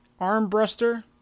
Armbruster